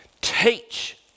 teach